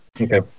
okay